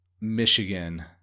Michigan